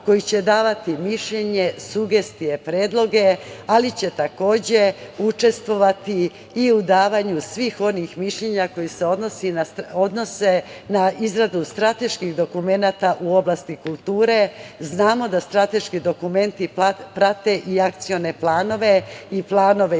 koji će davati mišljenje, sugestije, predloge, ali će takođe učestvovati i u davanju svih onih mišljenja koji se odnose na izradu strateških dokumenata u oblasti kulture. Znamo da strateški dokumenti prate i akcione planove i planove